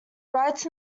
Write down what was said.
writes